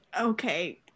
Okay